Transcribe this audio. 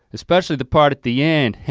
especially the part at the end, ha